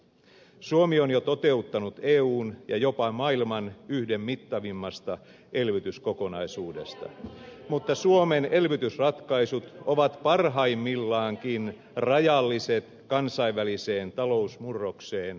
suomi on jo toteuttanut eun ja jopa maailman yhden mittavimmista elvytyskokonaisuuksista mutta suomen elvytysratkaisut ovat parhaimmillaankin rajalliset kansainväliseen talousmurrokseen suhteutettuina